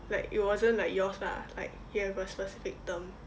like it wasn't like yours lah like you have a specific term